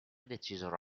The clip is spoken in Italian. decisero